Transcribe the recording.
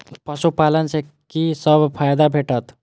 पशु पालन सँ कि सब फायदा भेटत?